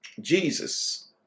Jesus